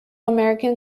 american